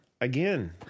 Again